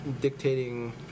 dictating